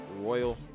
Royal